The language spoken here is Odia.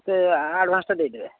ସେ ଆଡ଼ଭାନ୍ସଟା ଦେଇଦେବେ